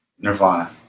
Nirvana